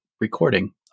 recording